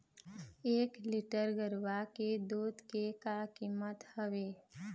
एक लीटर गरवा के दूध के का कीमत हवए?